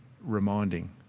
reminding